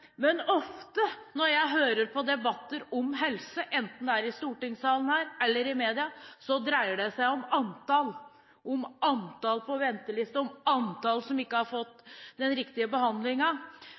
Ofte når jeg hører på debatter om helse, enten det er i stortingssalen eller i media, dreier det seg om antall, om antall på venteliste, om antall som ikke har fått